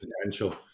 potential